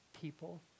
people